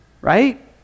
right